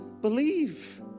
believe